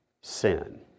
Sin